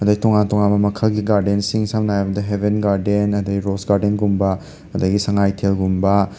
ꯑꯗꯒꯤ ꯇꯣꯉꯥꯟ ꯇꯣꯉꯥꯟꯕ ꯃꯈꯜꯒꯤ ꯒꯥꯔꯗꯦꯟꯁꯤꯡ ꯁꯝꯅ ꯍꯥꯏꯔꯕꯗ ꯍꯦꯕꯟ ꯒꯥꯔꯗꯦꯟ ꯑꯗꯒꯤ ꯔꯣꯁ ꯒꯥꯔꯗꯦꯟꯒꯨꯝꯕ ꯑꯗꯒꯤ ꯁꯉꯥꯏꯊꯦꯜꯒꯨꯝꯕ